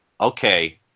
okay